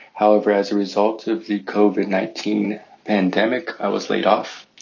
however, as a result of the covid nineteen pandemic, i was laid off.